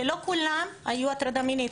שלא כולם היו הטרדה מינית.